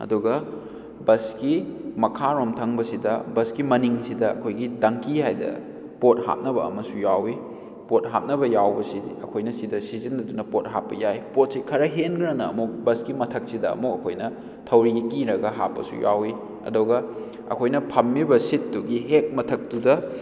ꯑꯗꯨꯒ ꯕꯁꯀꯤ ꯃꯈꯥꯔꯣꯝ ꯊꯪꯕꯁꯤꯗ ꯕꯁꯀꯤ ꯃꯅꯤꯡꯁꯤꯗ ꯑꯩꯈꯣꯏꯒꯤ ꯇꯪꯀꯤ ꯍꯥꯏꯗꯅ ꯄꯣꯠ ꯍꯥꯞꯅꯕ ꯑꯃꯁꯨ ꯌꯥꯎꯏ ꯄꯣꯠ ꯍꯥꯞꯅꯕ ꯌꯥꯎꯕ ꯁꯤꯗꯤ ꯑꯩꯈꯣꯏꯅ ꯁꯤꯗ ꯁꯤꯖꯤꯟꯅꯗꯨꯅ ꯄꯣꯠ ꯍꯥꯞꯄ ꯌꯥꯏ ꯄꯣꯠꯁꯦ ꯈꯔ ꯍꯦꯟꯒꯈ꯭ꯔꯒꯅ ꯑꯃꯨꯛ ꯕꯁꯀꯤ ꯃꯊꯛꯁꯤꯗ ꯑꯃꯨꯛ ꯑꯩꯈꯣꯏꯅ ꯊꯧꯔꯤ ꯀꯤꯔꯒ ꯍꯥꯞꯄꯁꯨ ꯌꯥꯎꯏ ꯑꯗꯨꯒ ꯑꯩꯈꯣꯏꯅ ꯐꯝꯃꯤꯕ ꯁꯤꯠꯇꯨꯒꯤ ꯍꯦꯛ ꯃꯊꯛꯇꯨꯗ